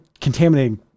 contaminating